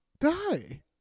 die